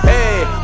Hey